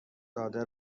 داده